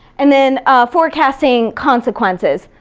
and then forecasting consequences.